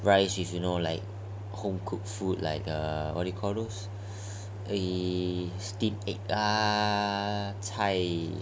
price is you know like home cooked food like err what he calls a steamed egg err 才